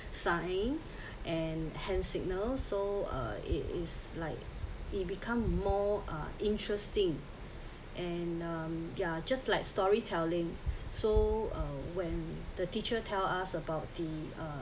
sign and hand signal so uh it is like it become more uh interesting and um they're just like storytelling so uh when the teacher tell us about the